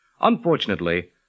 Unfortunately